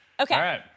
Okay